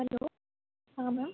hello हां ma'am